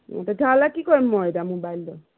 তেতিয়াহ'লে কি কৰিম মই এতিয়া মোবাইলটো